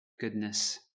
goodness